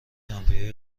دمپایی